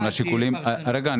רוב הבנקים,